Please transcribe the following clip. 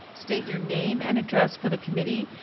state your name and address for the committee.